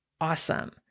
awesome